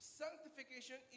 sanctification